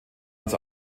als